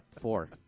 four